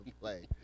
play